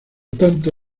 tanto